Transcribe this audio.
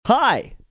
Hi